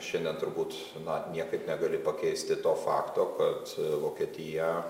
šiandien turbūt na niekaip negali pakeisti to fakto kad vokietija